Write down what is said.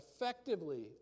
effectively